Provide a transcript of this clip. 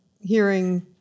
hearing